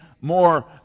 more